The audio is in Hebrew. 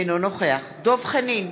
אינו נוכח דב חנין,